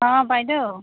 অঁ বাইদেউ